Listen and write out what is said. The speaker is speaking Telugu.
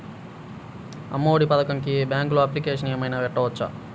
అమ్మ ఒడి పథకంకి బ్యాంకులో అప్లికేషన్ ఏమైనా పెట్టుకోవచ్చా?